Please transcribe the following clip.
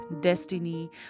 destiny